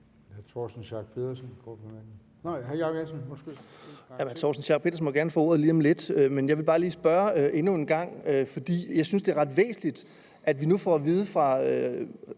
Torsten Schack Pedersen må gerne få ordet lige om lidt, men jeg vil bare lige endnu en gang spørge, for jeg synes, det er ret væsentligt, at vi nu får at vide fra